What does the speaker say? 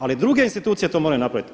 Ali druge institucije to moraju napraviti.